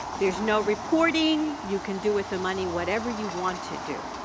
there's no reporting, you can do with the money whatever you want to do.